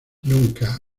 nunca